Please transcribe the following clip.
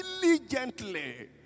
diligently